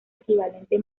equivalente